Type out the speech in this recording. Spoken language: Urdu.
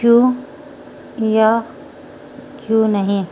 کیوں یا کیوں نہیں